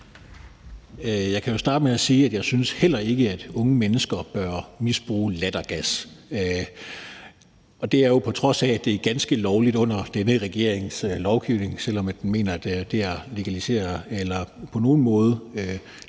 Jeg kan jo starte med at sige, at jeg heller ikke synes, at unge mennesker bør misbruge lattergas, og det er, på trods af at det er ganske lovligt under denne regerings lovgivning, selv om den mener, at det at på nogen måde legalisere